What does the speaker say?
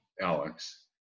Alex